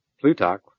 Plutarch